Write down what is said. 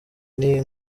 n’iyi